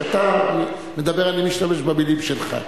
כשאתה מדבר, אני משתמש במלים שלך.